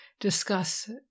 discuss